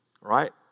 Right